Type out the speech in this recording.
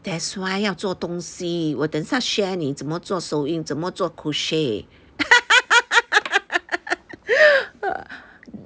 that's why 要做东西我等下 share 你怎么做 sewing 怎么做 crochet